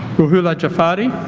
rohullah jafari